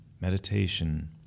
meditation